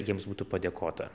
jiems būtų padėkota